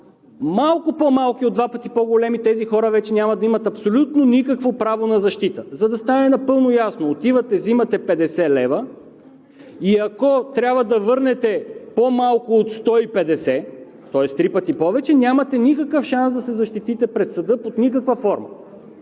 малко по-малки от два пъти по големи, тези хора вече няма да имат абсолютно никакво право на защита. За да стане напълно ясно – отивате, взимате 50 лв. и ако трябва да върнете по-малко от 150 лв., тоест три пъти повече, нямате никакъв шанс да се защитите пред съда под никаква форма.